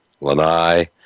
Lanai